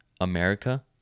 america